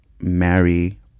marry